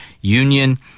Union